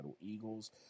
Eagles